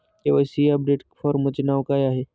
KYC update फॉर्मचे नाव काय आहे?